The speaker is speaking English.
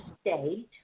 state